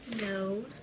No